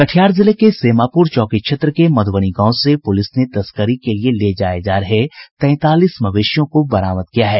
कटिहार जिले के सेमापूर चौकी क्षेत्र के मध्रबनी गांव से पूलिस ने तस्करी के लिये ले जा रहे तैंतालीस मवेशियों को बरामद किया है